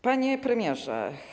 Panie Premierze!